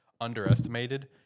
underestimated